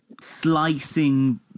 slicing